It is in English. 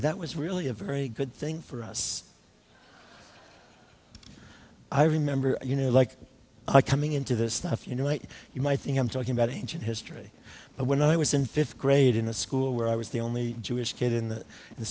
that was really a very good thing for us i remember you know like i coming into this stuff you know like you might think i'm talking about ancient history but when i was in fifth grade in a school where i was the only jewish kid in the